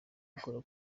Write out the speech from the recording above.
ukora